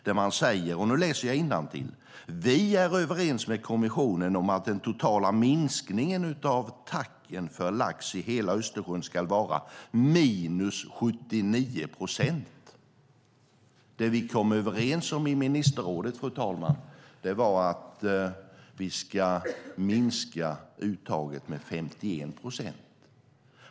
Där står det: "Vi är överens med kommissionen om att den totala minskningen av TAC för lax i hela Östersjön skall vara 79 %." Det vi kom överens om i ministerrådet, fru talman, var att vi ska minska uttaget med 51 procent.